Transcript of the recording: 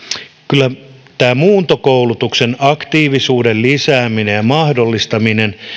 kyllä tärkeitä ovat muuntokoulutuksen aktiivisuuden lisääminen ja mahdollistaminen